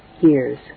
years